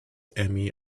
emmy